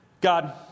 God